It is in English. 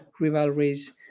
rivalries